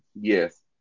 Yes